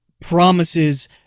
promises